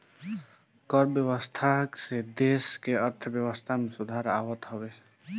कर व्यवस्था से देस के अर्थव्यवस्था में सुधार आवत हवे